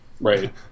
Right